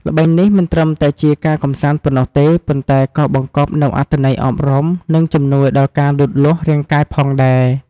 ល្បែងនេះមិនត្រឹមតែជាការកម្សាន្តប៉ុណ្ណោះទេ ប៉ុន្តែក៏បង្កប់នូវអត្ថន័យអប់រំ និងជំនួយដល់ការលូតលាស់រាងកាយផងដែរ។